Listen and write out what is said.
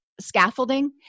scaffolding